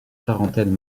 tarentaine